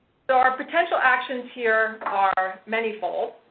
so, our potential actions here are many fold.